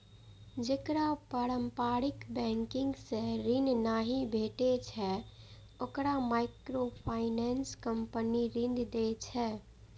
जेकरा पारंपरिक बैंकिंग सं ऋण नहि भेटै छै, ओकरा माइक्रोफाइनेंस कंपनी ऋण दै छै